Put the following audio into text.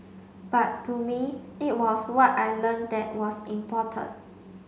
but to me it was what I learnt that was important